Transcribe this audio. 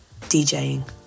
DJing